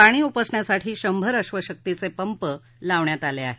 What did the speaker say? पाणी उपसण्यासाठी शंभर अश्वशक्तिचे पंप लावण्यात आले आहेत